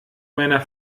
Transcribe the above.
meiner